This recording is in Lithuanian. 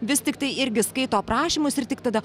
vis tiktai irgi skaito aprašymus ir tik tada